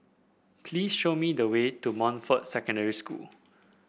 please show me the way to Montfort Secondary School